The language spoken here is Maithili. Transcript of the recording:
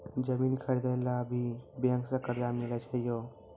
जमीन खरीदे ला भी बैंक से कर्जा मिले छै यो?